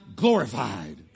Glorified